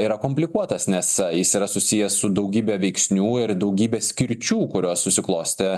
yra komplikuotas nes jis yra susijęs su daugybe veiksnių ir daugybė skirčių kurios susiklostė